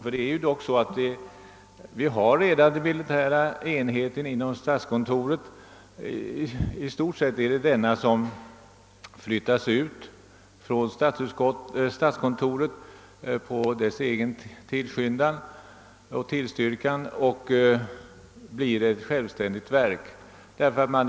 Vi har dock redan nu den militära enheten inom statskontoret och i stort sett är det denna som på statskontorets tillstyrkan föreslås flyttad från statskontoret för att bli ett självständigt verk.